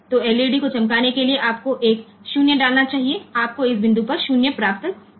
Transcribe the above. તેથી જો આપણે LED ને ગ્લો કરવા માટે A 0 મૂકવો પડે તો આપણે આ બિંદુએ A 0 મેળવવો જોઈએ